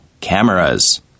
cameras